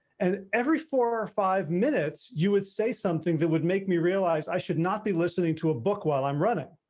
and every four or five minutes you would say something that would make me realize i should not be listening to a book while i'm running.